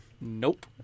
Nope